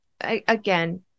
again